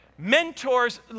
mentors